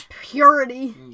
Purity